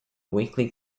weekly